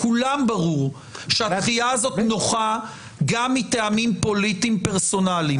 לכולם ברור שהדחייה הזאת נוחה גם מטעמים פוליטיים פרסונליים.